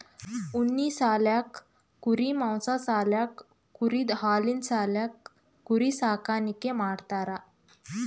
ಉಣ್ಣಿ ಸಾಲ್ಯಾಕ್ ಕುರಿ ಮಾಂಸಾ ಸಾಲ್ಯಾಕ್ ಕುರಿದ್ ಹಾಲಿನ್ ಸಾಲ್ಯಾಕ್ ಕುರಿ ಸಾಕಾಣಿಕೆ ಮಾಡ್ತಾರಾ